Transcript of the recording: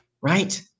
Right